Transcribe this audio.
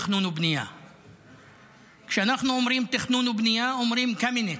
אומרים קמיניץ,